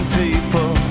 people